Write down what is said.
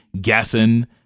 guessing